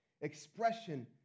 expression